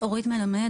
אורית מלמד,